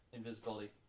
Invisibility